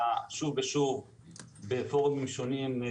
עלה שוב ושוב בפורומים שונים.